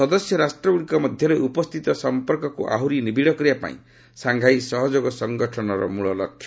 ସଦସ୍ୟ ରାଷ୍ଟ୍ରଗୁଡ଼ିକ ମଧ୍ୟରେ ଉପସ୍ଥିତ ସମ୍ପର୍କକୁ ଆହୁରି ନିବିଡ଼ କରିବା ପାଇଁ ସାଂଘାଇ ସହଯୋଗ ସଂଗଠନର ମୂଳ ଲକ୍ଷ୍ୟ